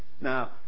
now